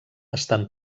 estan